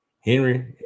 Henry